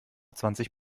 zwanzig